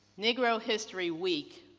nigro history week,